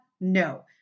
No